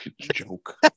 joke